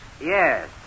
Yes